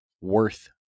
worth